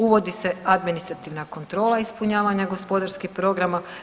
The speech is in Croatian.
Uvodi se administrativna kontrola ispunjavanja gospodarskih programa.